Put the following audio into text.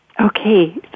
Okay